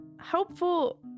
helpful